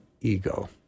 ego